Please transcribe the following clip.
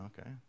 okay